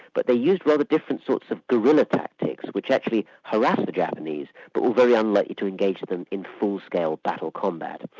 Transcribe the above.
but they used rather different sorts of guerrilla tactics, which actually harassed the japanese, but were very unlikely to engage them in full-scale battle combat.